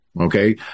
Okay